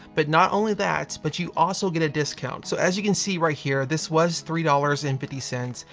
but not only that, but you also get a discount. so as you can see right here, this was three dollars and fifty cents.